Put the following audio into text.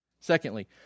Secondly